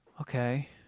Okay